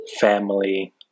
family